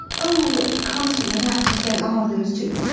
oh, what consummate actors they are, those two.